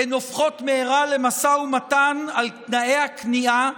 הן הופכות במהרה למשא ומתן על תנאי הכניעה,